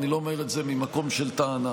ואני לא אומר את זה ממקום של טענה,